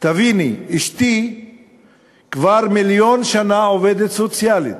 "תביני, אשתי כבר מיליון שנה עובדת סוציאלית,